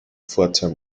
pforzheim